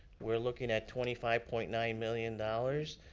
we're looking at twenty five point nine million dollars.